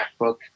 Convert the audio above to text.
MacBook